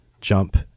Jump